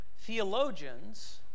Theologians